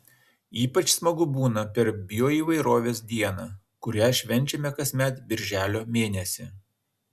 ypač smagu būna per bioįvairovės dieną kurią švenčiame kasmet birželio mėnesį